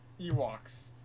Ewoks